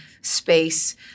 space